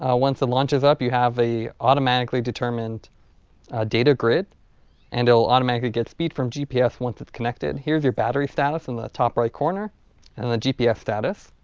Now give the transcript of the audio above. ah once it launches up you have a automatically determined data grid and it'll automatically get speed from gps once it's connected. here's your battery status in the top right corner and the gps status